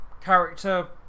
character